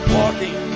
walking